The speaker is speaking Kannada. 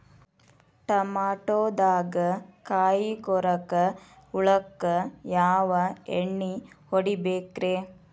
ಟಮಾಟೊದಾಗ ಕಾಯಿಕೊರಕ ಹುಳಕ್ಕ ಯಾವ ಎಣ್ಣಿ ಹೊಡಿಬೇಕ್ರೇ?